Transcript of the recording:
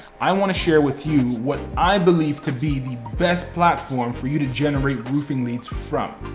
i wanna share with you what i believe to be the best platform for you to generate roofing leads from.